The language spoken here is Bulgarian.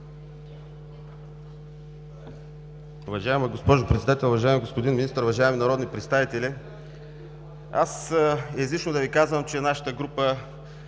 Уважаема госпожо Председател, уважаеми господин Министър, уважаеми народни представители! Излишно е да Ви казвам, че нашата група